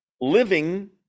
living